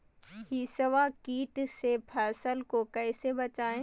हिसबा किट से फसल को कैसे बचाए?